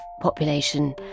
population